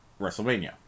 WrestleMania